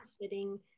sitting